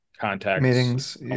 contacts